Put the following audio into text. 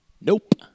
nope